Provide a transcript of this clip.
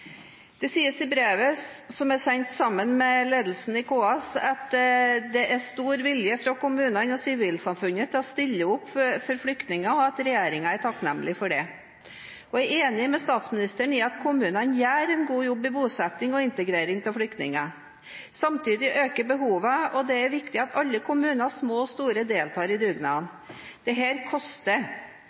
Det sies i brevet, som er sendt sammen med ledelsen i KS, at det er stor vilje fra kommunene og sivilsamfunnet til å stille opp for flyktningene, og at regjeringen er takknemlig for det. Jeg er enig med statsministeren i at kommunene gjør en god jobb med bosetting og integrering av flyktninger. Samtidig øker behovet, og det er viktig at alle kommuner – små og store – deltar i dugnaden. Dette koster.